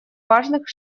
важных